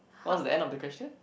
what's the end of the question